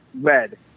red